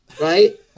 Right